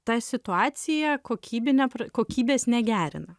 ta situacija kokybine kokybės negerina